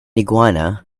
iguana